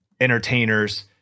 entertainers